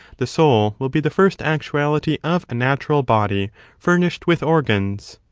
the soul will be the first actuality of a natural body furnished with organs.